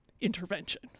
intervention